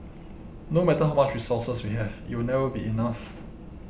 no matter how much resources we have it will never be enough